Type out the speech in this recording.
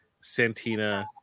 Santina